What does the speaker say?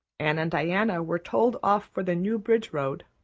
anne and diana were told off for the newbridge road,